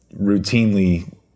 routinely